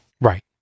Right